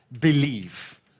believe